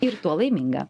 ir tuo laiminga